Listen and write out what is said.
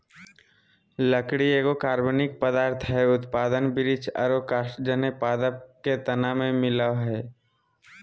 लकड़ी एगो कार्बनिक पदार्थ हई, उत्पादन वृक्ष आरो कास्टजन्य पादप के तना में मिलअ हई